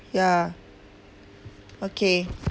ya okay